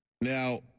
Now